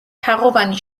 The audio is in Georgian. თაღოვანი